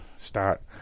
start